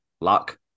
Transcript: luck